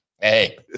Hey